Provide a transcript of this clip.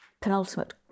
Penultimate